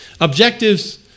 Objectives